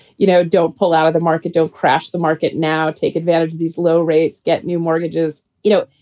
you know, don't pull out of the market, don't crash the market now, take advantage of these low rates, get new mortgages. you know,